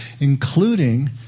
including